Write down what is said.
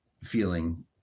feeling